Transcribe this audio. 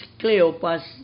Cleopas